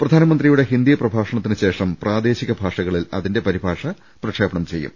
പ്രധാനമന്ത്രിയുടെ ഹിന്ദി പ്രഭാഷണത്തിനുശേഷം പ്രാദേശിക ഭാഷകളിൽ അതിന്റെ പരിഭാഷ പ്രക്ഷേപണം ചെയ്യും